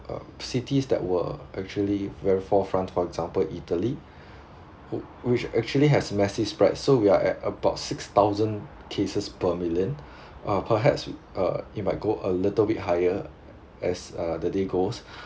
uh cities that were actually very forefront for example italy who which actually has massive spread so we are at about six thousand cases per million uh perhaps uh it might go a little bit higher as uh the day goes